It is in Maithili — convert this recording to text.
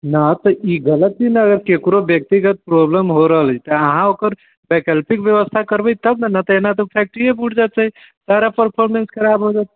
ना तो ई गलत ही न अगर केकरो व्यक्तिगत प्रॉब्लम हो रहल छै अहाँ ओकर वैकल्पिक व्यवस्था करबै तब ने ने तऽ एना तऽ फेक्टरिये बूर जेतै सारा परफोर्मेंस खराब हो जेतै